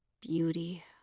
Beauty